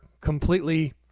completely